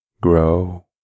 grow